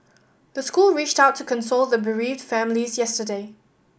the school reached out to console the bereaved families yesterday